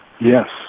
Yes